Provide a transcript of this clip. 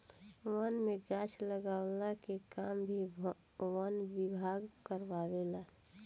वन में गाछ लगावे के काम भी वन विभाग कारवावे ला